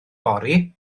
fory